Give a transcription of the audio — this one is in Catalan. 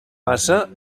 passa